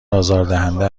آزاردهنده